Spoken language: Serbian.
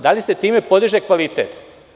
Da li se time podiže kvalitet?